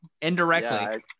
indirectly